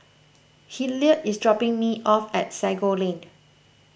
Hillard is dropping me off at Sago Lane